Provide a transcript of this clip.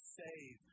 save